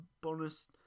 bonus